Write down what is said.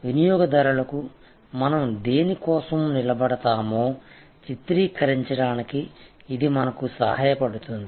వినియోగదారులకు మనం దేని కోసం నిలబడతామో చిత్రీకరించడానికి ఇదిమనకు సహాయపడుతుంది